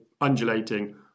undulating